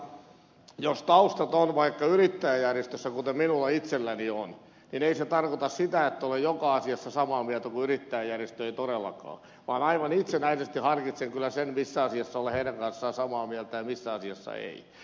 mutta jos taustat ovat vaikka yrittäjäjärjestössä kuten minulla itselläni on niin ei se tarkoita sitä että olen joka asiassa samaa mieltä kuin yrittäjäjärjestö ei todellakaan vaan aivan itsenäisesti harkitsen kyllä sen missä asiassa olen heidän kanssaan samaa mieltä ja missä asiassa en